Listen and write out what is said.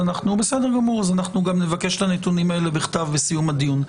אז אנחנו גם נבקש את הנתונים האלה בכתב בסיום הדיון.